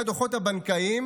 לפי הדוחות הבנקאיים,